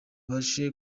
babashe